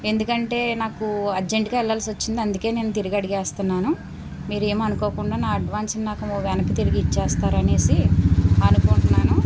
ఎందుకంటే నాకు అర్జెంటుగా వెళ్ళాల్సి వచ్చింది అందుకే నేను తిరిగి అడిగేస్తున్నాను మీరు ఏమి అనుకోకుండా నా అడ్వాన్స్ని నాకు వెనక్కి తిరిగి ఇచ్చేస్తారని అనుకుంటున్నాను